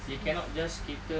they cannot just cater